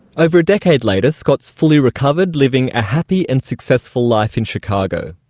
over a decade later, scott's fully recovered, living a happy and successful life in chicago.